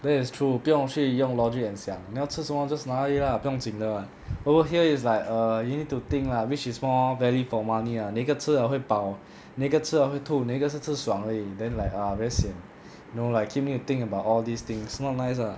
that is true 不用去用 logic and 想你要吃什么 just 拿而已 lah 不用紧的 [what] over here is like err you need to think lah which is more value for money ah 哪一个吃了会饱哪一个吃了会吐哪一个是吃爽而已 then like ah very sian you know like keep need to think about all these things not nice lah